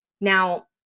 Now